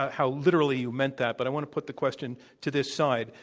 how literally you meant that. but i want to put the question to this side.